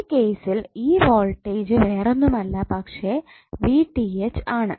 ഈ കേസിൽ ഈ വോൾട്ടേജ് വേറൊന്നുമല്ല പക്ഷേ ആണ്